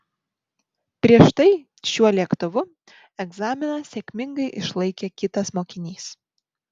prieš tai šiuo lėktuvu egzaminą sėkmingai išlaikė kitas mokinys